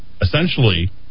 essentially